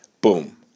Boom